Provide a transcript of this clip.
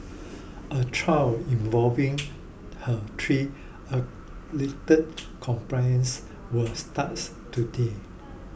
a trial involving her three alleged accomplices was starts today